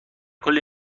کلی